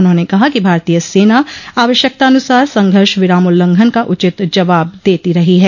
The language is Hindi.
उन्होंने कहा कि भारतीय सेना आवश्यकतानुसार संघर्ष विराम उल्लंघन का उचित जवाब देती रही है